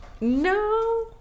no